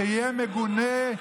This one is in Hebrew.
שיהיה מגונה,